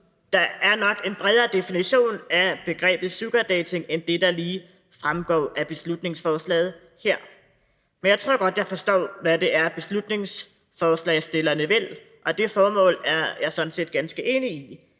der er nok en bredere definition af begrebet sugardating end den, der lige fremgår af beslutningsforslaget her. Men jeg tror godt, jeg forstår, hvad det er, beslutningsforslagsstillerne vil, og det formål er jeg sådan set ganske enig i,